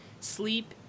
sleep